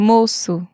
Moço